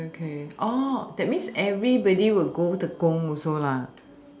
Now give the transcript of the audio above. okay okay oh that means everybody will go tekong also